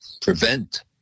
prevent